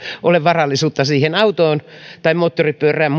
ole varallisuutta siihen autoon tai moottoripyörään